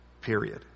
Period